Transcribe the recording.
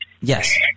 Yes